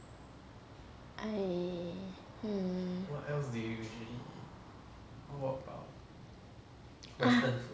I hmm ah